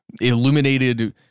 illuminated